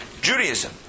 Judaism